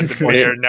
Now